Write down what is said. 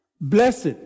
Blessed